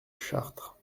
chartres